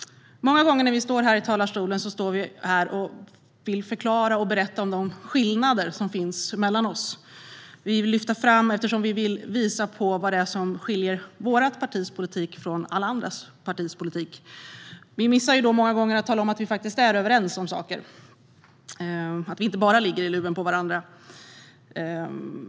Många gånger när vi står här i talarstolen vill vi förklara och berätta om de skillnader som finns mellan oss. Vi vill visa vad det är som skiljer det egna partiets politik från alla andra partiers politik. Vi missar då många gånger att tala om att vi faktiskt är överens om saker och inte bara ligger i luven på varandra.